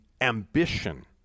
ambition